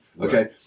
okay